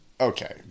okay